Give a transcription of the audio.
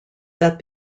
that